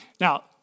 Now